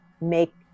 make